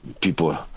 people